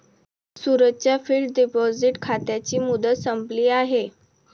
सूरजच्या fixed deposit खात्याची मुदत संपली आहे